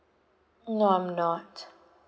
no I'm not